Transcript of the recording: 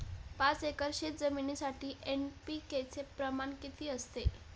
पाच एकर शेतजमिनीसाठी एन.पी.के चे प्रमाण किती असते?